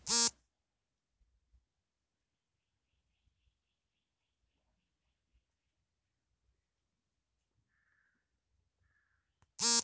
ರಾಷ್ಟ್ರೀಯ ಪಿಂಚಣಿ ವ್ಯವಸ್ಥೆಯ ಟ್ರಸ್ಟ್ ಪಿಂಚಣಿ ನಿಧಿ ನಿಯಂತ್ರಣ ಅಭಿವೃದ್ಧಿ ಪ್ರಾಧಿಕಾರ ವಿಶೇಷ ವಿಭಾಗವಾಗಿದೆ